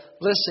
listen